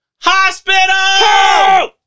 hospital